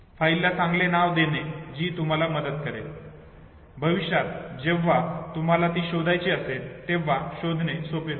फाइलला चांगले नाव देणे जी तुम्हाला मदत करेल भविष्यात जेव्हा तुम्हाला ती शोधायची असेल तेव्हा शोधणे सोपे होते